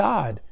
God